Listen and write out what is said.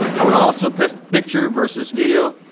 i would also test picture versus video.